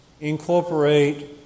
incorporate